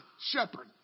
shepherd